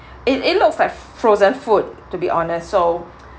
it it looks like frozen food to be honest so